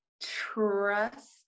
trust